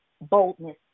boldness